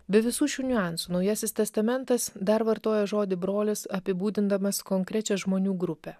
be visų šių niuansų naujasis testamentas dar vartojo žodį brolis apibūdindamas konkrečią žmonių grupę